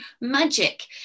magic